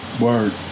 Word